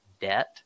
debt